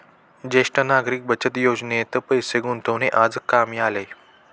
ज्येष्ठ नागरिक बचत योजनेत पैसे गुंतवणे आज कामी आले